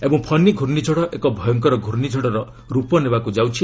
ଏବଂ ଫନି ଘ୍ରର୍ଷିଝଡ଼ ଏକ ଭୟଙ୍କର ଘୂର୍ଷିଝଡ଼ର ରୂପ ନେବାକୁ ଯାଉଛି